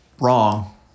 wrong